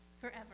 forever